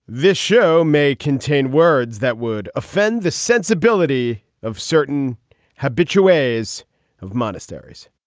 this show may contain words that would offend the sensibility of certain habitual ways of monasteries